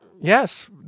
Yes